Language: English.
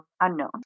unknown